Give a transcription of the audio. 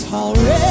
already